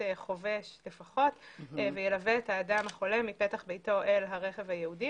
חובש לפחות וילווה את האדם החולה מפתח ביתו אל הרכב הייעודי.